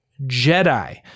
Jedi